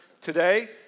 today